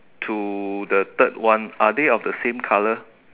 to the third one are they of the same colour